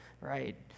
right